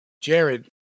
jared